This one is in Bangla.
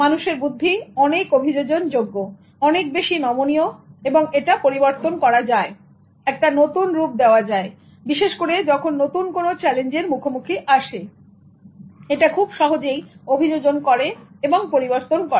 মানুষের বুদ্ধি অনেক অভিযোজনযোগ্যঅনেক বেশি নমনীয় এটা পরিবর্তন করা যায় একটা নতুন রূপ দেওয়া যায় বিশেষ করে যখন নতুন কোন চ্যালেঞ্জের মুখোমুখি আসে এটা খুব সহজেই অভিযোজন করে এবং পরিবর্তন করে